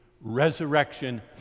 resurrection